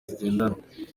zigendanwa